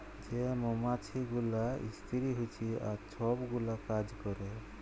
যে মমাছি গুলা ইস্তিরি হছে আর ছব গুলা কাজ ক্যরে